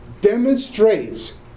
Demonstrates